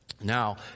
Now